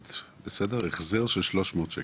משלמת החזר של 300 שקלים.